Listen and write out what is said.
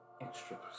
extra